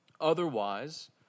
Otherwise